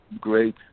great